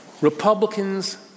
Republicans